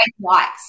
likes